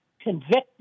convicted